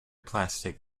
plastic